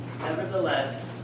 Nevertheless